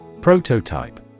Prototype